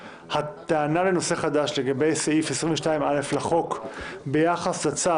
הטענה לנושא חדש לגבי סעיף 22א' לחוק ביחס לצו